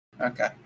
Okay